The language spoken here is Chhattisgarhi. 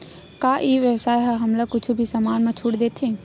का ई व्यवसाय ह हमला कुछु भी समान मा छुट देथे?